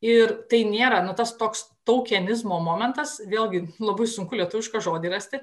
ir tai nėra nu tas toks taukenizmo momentas vėlgi labai sunku lietuvišką žodį rasti